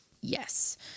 Yes